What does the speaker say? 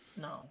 No